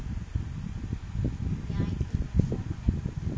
ya